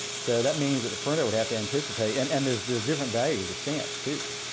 so that means that the printer would have to anticipate, and and there's there's different values of stamps too.